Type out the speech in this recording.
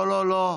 לא לא לא,